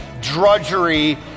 drudgery